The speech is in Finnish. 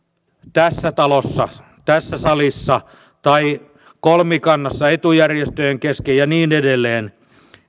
tässä talossa tässä salissa tai kolmikannassa etujärjestöjen kesken ja niin edelleen